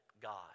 God